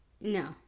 no